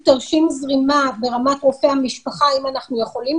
משתמשים בסמים בהזרקה בעבר ובהווה ומי שעבר פרוצדורות חודרניות,